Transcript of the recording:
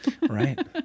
Right